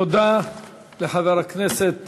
תודה לחבר הכנסת